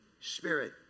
Spirit